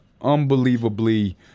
unbelievably